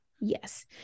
Yes